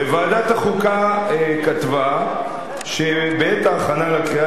וועדת החוקה כתבה שבעת ההכנה לקריאה